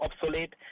obsolete